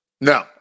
No